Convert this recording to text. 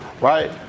right